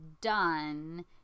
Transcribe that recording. done